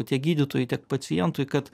tiek gydytojui tiek pacientui kad